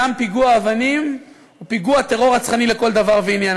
גם פיגוע אבנים הוא פיגוע טרור רצחני לכל דבר ועניין.